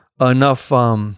enough